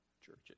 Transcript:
churches